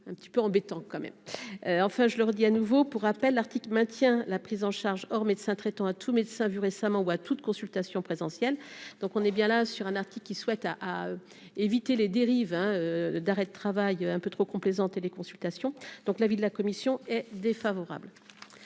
un petit peu embêtant quand même, enfin, je leur dis à nouveau pour rappel Arctique maintient la prise en charge, or, médecin traitant à tout médecin vu récemment ou à toute consultation présidentielle, donc on est bien là sur un article qui souhaitent à à éviter les dérives, hein, d'arrêt de travail un peu trop complaisantes et les consultations, donc l'avis de la commission est défavorable